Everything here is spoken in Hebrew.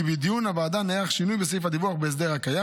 כי בדיון הוועדה נערך שינוי בסעיף הדיווח בהסדר הקיים.